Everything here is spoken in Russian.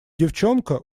девчонка